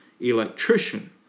electrician